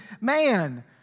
man